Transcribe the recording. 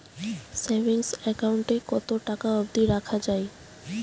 Savings account এ কতো টাকা অব্দি রাখা যায়?